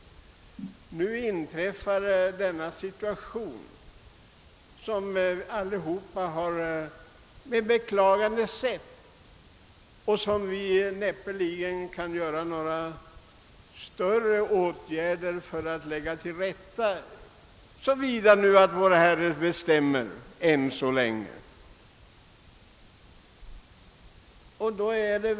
Nu inträffar motsatt situation, som vi alla har sett med beklagande. Vi har emellertid näppeligen några möjligheter att lägga det till rätta, såvida det fortfarande är Vår Herre som bestämmer.